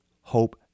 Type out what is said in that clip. hope